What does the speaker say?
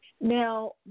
Now